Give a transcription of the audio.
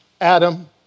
Adam